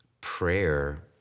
Prayer